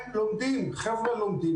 הם לומדים, החבר'ה לומדים.